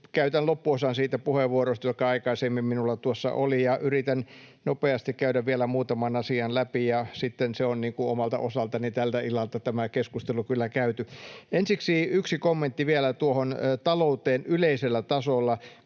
käytän loppuosan siitä puheenvuorosta, joka aikaisemmin minulla tuossa oli, ja yritän nopeasti käydä vielä muutaman asian läpi. Sitten on omalta osaltani tältä illalta tämä keskustelu kyllä käyty. — Ensiksi yksi kommentti vielä tuohon talouteen yleisellä tasolla: